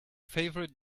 favorite